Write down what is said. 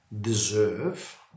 deserve